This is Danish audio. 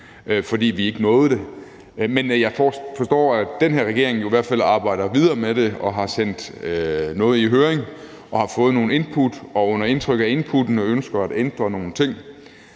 fordi vi ikke nåede det, men jeg forstår, at den her regering jo i hvert fald arbejder videre med det og har sendt noget i høring og har fået nogle input, og at man under indtryk af inputtene ønsker at ændre nogle ting.